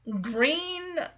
green